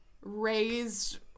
raised